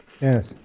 yes